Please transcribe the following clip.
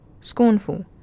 scornful